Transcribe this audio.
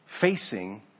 facing